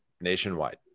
nationwide